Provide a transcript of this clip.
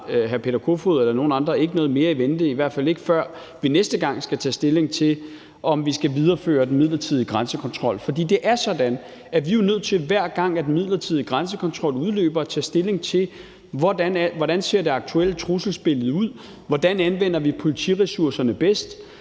hr. Peter Kofod eller nogen andre noget mere i vente, i hvert fald ikke før vi næste gang skal tage stilling til, om vi skal videreføre den midlertidige grænsekontrol. For det er sådan, at hver gang den midlertidige grænsekontrol udløber, er vi nødt til at tage stilling til, hvordan det aktuelle trusselsbillede ser ud, hvordan vi anvender politiressourcerne bedst,